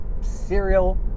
cereal